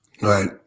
Right